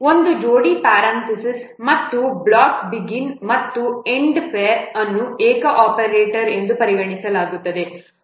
ಒಂದು ಜೋಡಿ ಪ್ಯಾರಂಥೆಸಿಸ್ ಮತ್ತು ಒಂದು ಬ್ಲಾಕ್ ಬಿಗಿನ್ ಮತ್ತು ಎಂಡ್ ಪೇರ್ ಅನ್ನು ಏಕ ಆಪರೇಟರ್ ಎಂದು ಪರಿಗಣಿಸಲಾಗುತ್ತದೆ